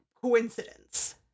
coincidence